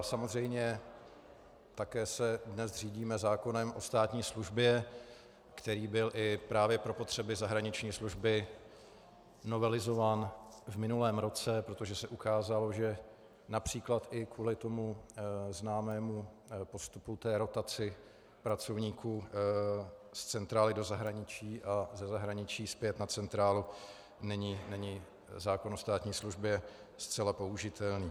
Samozřejmě se také dnes řídíme zákonem o státní službě, který byl i právě pro potřeby zahraniční služby novelizován v minulém roce, protože se ukázalo, že například i kvůli tomu známému postupu, rotaci pracovníků z centrály do zahraničí a ze zahraničí zpět na centrálu, není zákon o státní službě zcela použitelný.